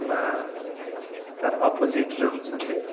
ବା ତା'ର ଅପୋଜିଟ୍ ରହୁଛନ୍ତି